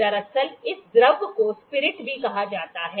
दरअसल इस द्रव को स्पिरिट भी कहा जाता है